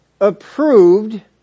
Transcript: approved